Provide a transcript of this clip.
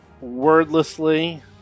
wordlessly